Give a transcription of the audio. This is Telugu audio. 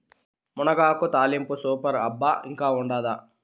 మునగాకు తాలింపు సూపర్ అబ్బా ఇంకా ఉండాదా